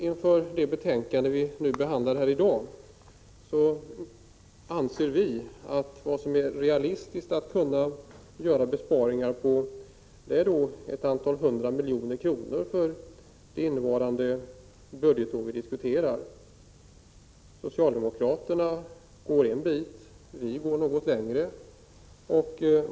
Inför den fråga vi behandlar här i dag anser vi att det vore realistiskt att göra besparingar på ett antal hundra miljoner kronor för det budgetår som vi diskuterar. Socialdemokraterna går en bit på väg. Vi går något längre.